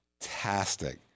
Fantastic